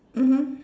mmhmm